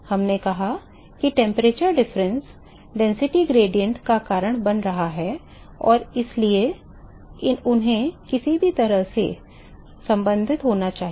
हमने कहा कि तापमान में अंतर घनत्व प्रवणता का कारण बन रहा है और इसलिए उन्हें किसी तरह से संबंधित होना चाहिए